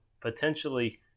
potentially